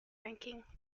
ranking